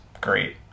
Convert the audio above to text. great